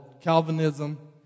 Calvinism